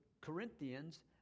Corinthians